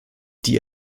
die